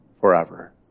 forever